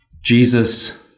Jesus